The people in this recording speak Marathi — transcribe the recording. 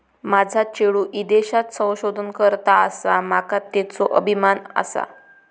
माझा चेडू ईदेशात संशोधन करता आसा, माका त्येचो अभिमान आसा